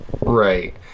right